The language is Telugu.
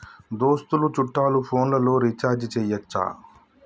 దోస్తులు చుట్టాలు ఫోన్లలో రీఛార్జి చేయచ్చా?